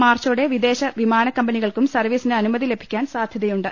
മാർച്ചോടെ വിദേശ വിമാനക്കമ്പനികൾക്കും സർവീസിന് അനുമതി ലഭിക്കാൻ സാധ്യതയുണ്ട്